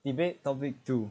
debate topic two